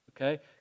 okay